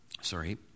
sorry